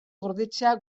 gordetzea